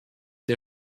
der